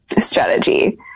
strategy